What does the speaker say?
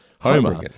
Homer